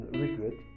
regret